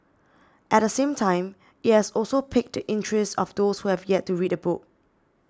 at the same time it has also piqued the interest of those who have yet to read the book